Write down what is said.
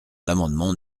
l’amendement